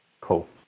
Cool